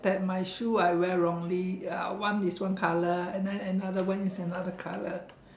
that my shoe I wear wrongly uh one is one colour and then another one is another colour